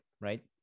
right